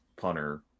punter